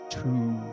two